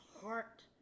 heart